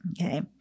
Okay